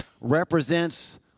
represents